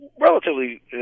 relatively